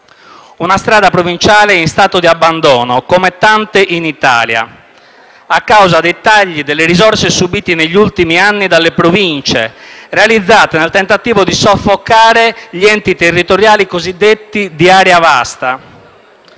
Una strada provinciale in stato di abbandono, come tante in Italia, a causa dei tagli delle risorse subiti negli ultimi anni dalle Province, realizzati nel tentativo di soffocare gli enti territoriali cosiddetti di Area Vasta.